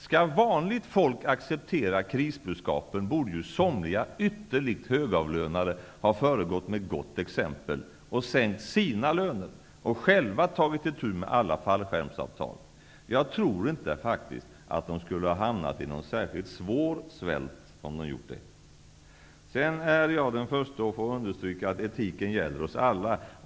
Skall vanligt folk acceptera krisbudskapen, borde ju somliga ytterligt högavlönade ha föregått med gott exempel och sänkt sina löner och själva tagit itu med alla fallskärmsavtal. Jag tror faktiskt inte att de skulle ha hamnat i någon särskilt svår svält om de gjort det. Jag är den förste att understryka att etiken gäller oss alla.